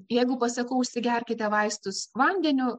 jeigu pasakau užsigerkite vaistus vandeniu